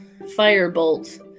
firebolt